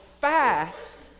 fast